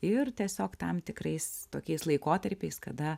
ir tiesiog tam tikrais tokiais laikotarpiais kada